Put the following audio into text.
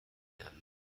werden